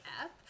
app